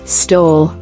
stole